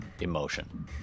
emotion